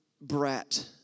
brat